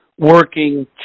working